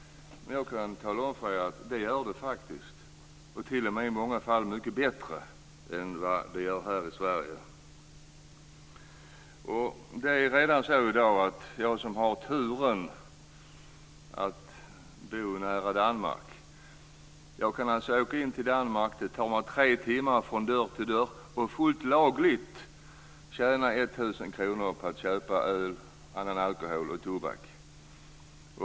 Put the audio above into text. Jag kan tala om för er att det gör det faktiskt. Det fungerar t.o.m. i många fall mycket bättre än vad det gör här i Sverige. Det är redan så i dag att jag som har turen att bo nära Danmark kan åka in i Danmark - det tar mig tre timmar från dörr till dörr - och fullt lagligt tjäna 1 000 kr på att köpa öl, annan alkohol och tobak.